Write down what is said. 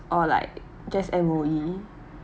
or like guess M_O_E